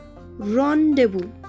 Rendezvous